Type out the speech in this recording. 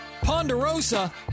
ponderosa